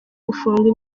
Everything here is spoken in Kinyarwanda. gufungwa